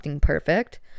perfect